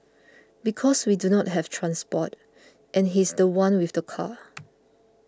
because we do not have transport and he's the one with the car